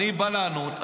אני בא לענות.